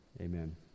Amen